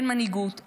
אין מנהיגות,